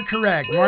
correct